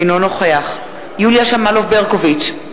אינו נוכח יוליה שמאלוב-ברקוביץ,